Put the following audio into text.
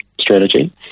strategy